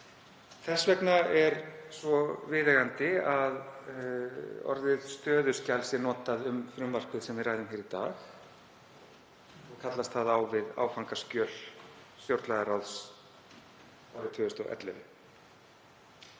Þess vegna er svo viðeigandi að orðið stöðuskjal sé notað um frumvarpið sem við ræðum hér í dag og kallast það á við áfangaskjöl stjórnlagaráðs árið 2011.